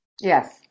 Yes